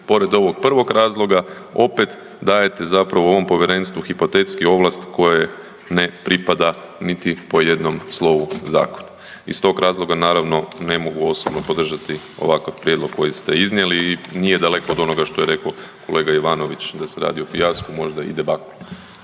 pored ovog prvog razloga opet dajete zapravo ovom povjerenstvu hipotetski ovlast koje ne pripada niti po jednom slovu zakona. Iz tog razloga naravno ne mogu osobno podržati ovakav prijedlog koji ste iznijeli i nije daleko od onoga što je rekao kolega Jovanović da se radi o fijasku, možda i debaklu.